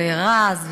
לרז,